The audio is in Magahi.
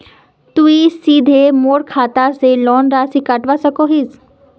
तुई सीधे मोर खाता से लोन राशि कटवा सकोहो हिस?